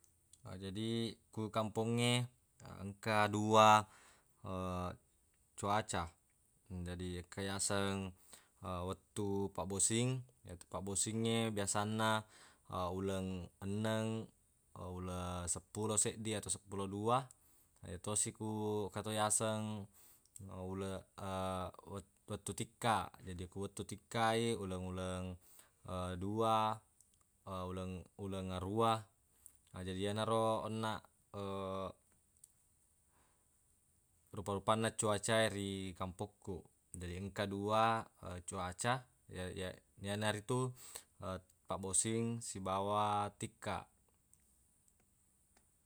jadi ku kampongnge engka dua cuaca, jadi engka yaseng wettu pabbosing. Yatu pabbosingnge biasanna uleng enneng uleng seppulo seddi atau seppulo dua. Yetosi ku engka to yaseng ule- wettu tikka, jadi ku wettu tikka i uleng-uleng dua uleng aruwa. Jadi yenaro onnaq rupa-rupanna cuacae ri kampokku, jadi engka dua cuaca ya- ya- yanaritu pabbosing sibawa tikka.